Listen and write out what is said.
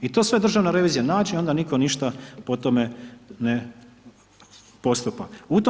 I to sve Državna revizija nađe i onda nitko ništa po tome ne postupa.